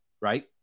Right